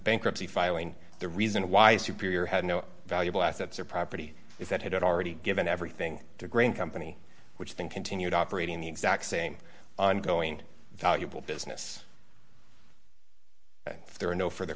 bankruptcy filing the reason why superior had no valuable assets or property if that had already given everything the green company which then continued operating the exact same ongoing valuable business there are no furthe